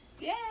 Yay